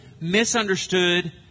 misunderstood